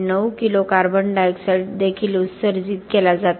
9 kilo CO2 देखील उत्सर्जित केला जातो